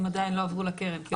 הם עדיין לא עברו לקרן.